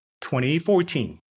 2014